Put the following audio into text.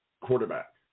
quarterback